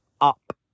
up